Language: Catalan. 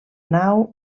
nau